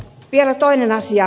vielä toinen asia